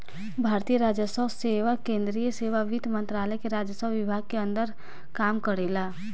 भारतीय राजस्व सेवा केंद्रीय सेवा वित्त मंत्रालय के राजस्व विभाग के अंदर काम करेला